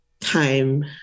time